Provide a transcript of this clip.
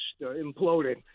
imploding